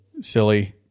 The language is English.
silly